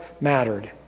mattered